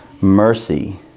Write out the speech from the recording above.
mercy